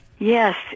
Yes